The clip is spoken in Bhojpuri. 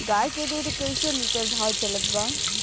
गाय के दूध कइसे लिटर भाव चलत बा?